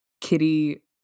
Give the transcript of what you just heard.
Kitty